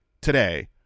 today